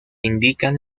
indican